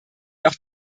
noch